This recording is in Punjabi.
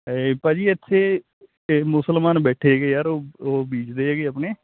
ਇਹ ਭਾਅ ਜੀ ਇੱਥੇ ਮੁਸਲਮਾਨ ਬੈਠੇ ਹੈਗੇ ਆ ਯਾਰ ਉਹ ਉਹ ਬੀਜਦੇ ਹੈਗੇ ਆਪਣੇ